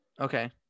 okay